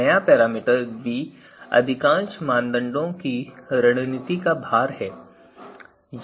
नया parameter v अधिकांश मानदंडों की रणनीति का भार है